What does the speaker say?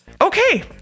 Okay